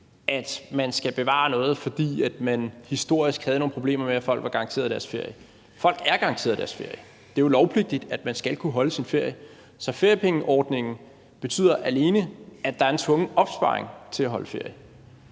at man skal bevare noget, at man historisk havde nogle problemer med, at folk ikke var garanteret deres ferie. Folk er garanteret deres ferie – det er jo lovpligtigt, at man skal kunne holde sin ferie. Så feriepengeordningen betyder alene, at der er en tvungen opsparing til at holde ferie.